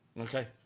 Okay